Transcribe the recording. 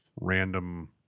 random